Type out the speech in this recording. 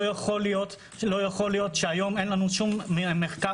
לא יכול להיות שהיום אין לנו שום מחקר